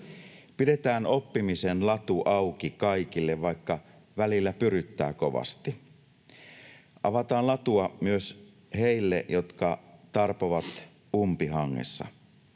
Pidetään oppimisen latu auki kaikille, vaikka välillä pyryttää kovasti. Avataan latua myös heille, jotka tarpovat umpihangessa.